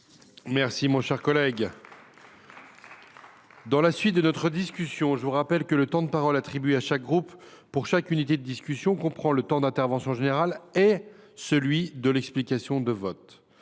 Mes chers collègues, je vous rappelle que le temps de parole attribué à chaque groupe pour chaque unité de discussion comprend le temps d’intervention générale et celui de l’explication de vote.